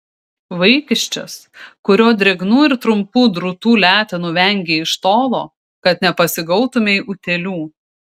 vaikiščias kurio drėgnų ir trumpų drūtų letenų vengei iš tolo kad nepasigautumei utėlių